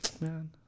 man